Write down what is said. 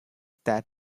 that